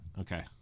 Okay